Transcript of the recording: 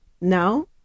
now